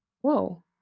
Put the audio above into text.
Whoa